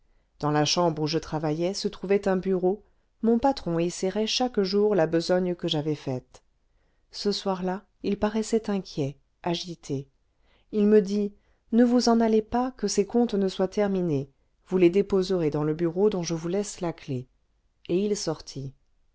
dans la chambre où je travaillais se trouvait un bureau mon patron y serrait chaque jour la besogne que j'avais faite ce soir-là il paraissait inquiet agité il me dit ne vous en allez pas que ces comptes ne soient terminés vous les déposerez dans le bureau dont je vous laisse la clef et il sortit